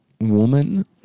woman